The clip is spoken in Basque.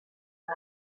den